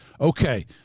Okay